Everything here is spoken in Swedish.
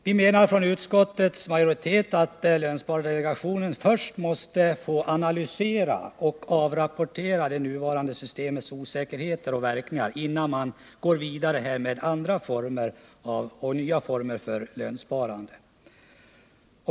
Vi menar från utskottsmajoritetens sida att lönspardelegationen först måste få analysera och rapportera det nuvarande systemets osäkerheter och verkningar innan man går vidare med andra och nya former för lönsparande.